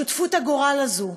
שותפות הגורל הזאת,